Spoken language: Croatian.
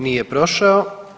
Nije prošao.